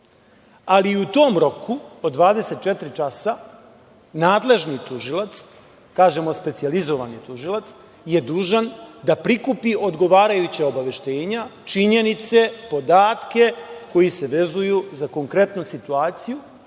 ali u tom roku od 24 časa nadležni tužilac, kažemo specijalizovani tužilac, je dužan da prikupi odgovarajuća obaveštenja, činjenice, podatke koji se vezuju za konkretnu situaciju